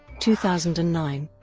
two thousand and nine.